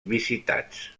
visitats